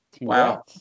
Wow